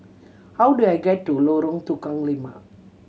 how do I get to Lorong Tukang Lima